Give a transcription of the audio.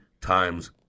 times